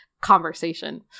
conversation